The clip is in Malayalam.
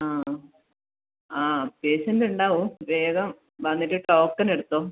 ആ ആ പേഷ്യൻറ്റ് ഉണ്ടാവും വേഗം വന്നിട്ട് ടോക്കൺ എടുത്തോളൂ